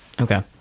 Okay